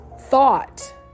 thought